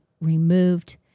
removed